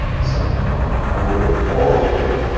somethings wrong. i go to all of them,